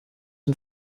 den